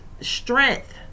strength